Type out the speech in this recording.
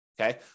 okay